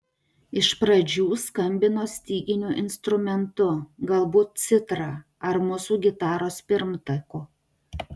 iš pradžių skambino styginiu instrumentu galbūt citra ar mūsų gitaros pirmtaku